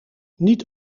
niet